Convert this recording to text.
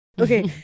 Okay